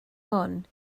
hwn